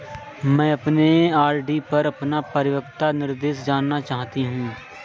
मैं अपने आर.डी पर अपना परिपक्वता निर्देश जानना चाहती हूँ